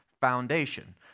foundation